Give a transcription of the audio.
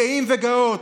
גאים וגאות,